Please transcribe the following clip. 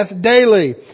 daily